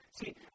See